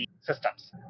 systems